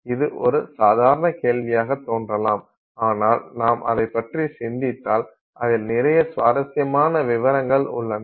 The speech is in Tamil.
இது ஒரு சாதாரண கேள்வியாகத் தோன்றலாம் ஆனால் நாம் அதைப் பற்றி சிந்தித்தால் அதில் நிறைய சுவாரஸ்யமான விவரங்கள் உள்ளன